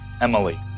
Emily